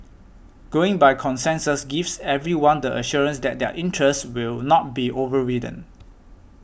going by consensus gives everyone the assurance that their interests will not be overridden